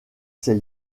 ses